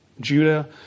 Judah